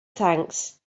thanks